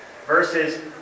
Versus